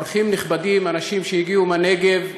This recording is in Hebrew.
אורחים נכבדים, אנשים שהגיעו מהנגב,